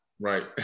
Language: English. Right